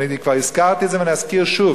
אני כבר הזכרתי את זה ואני אזכיר שוב,